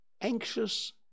anxious